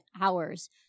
hours